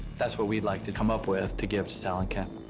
that's what we'd like to come up with to give sal and ken.